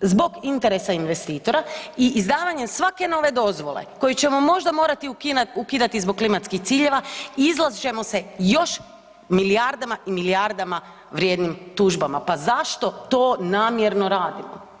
zbog interesa investitora i izdavanjem svake nove dozvole koju ćemo možda morati ukidati zbog klimatskih ciljeva, izlagat ćemo se još milijardama i milijardama vrijednim tužbama, pa zašto to namjerno radimo?